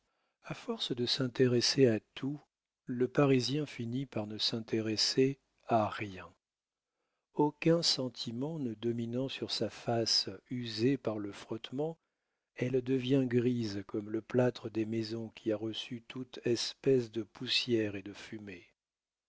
a force de s'intéresser à tout le parisien finit par ne s'intéresser à rien aucun sentiment ne dominant sur sa face usée par le frottement elle devient grise comme le plâtre des maisons qui a reçu toute espèce de poussière et de fumée